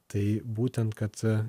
tai būtent kad